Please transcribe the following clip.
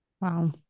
Wow